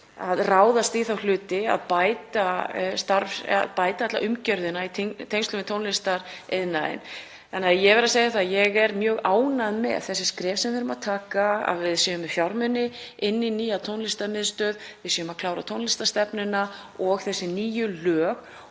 að ráðast í þá hluti að bæta alla umgjörðina í tengslum við tónlistariðnaðinn. Þannig að ég verð að segja að ég er mjög ánægð með þau skref sem við erum að taka, að við séum með fjármuni í nýja tónlistarmiðstöð, að við séum að klára tónlistarstefnuna og þessi nýju lög